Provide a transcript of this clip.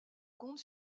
compte